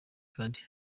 card